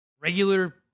regular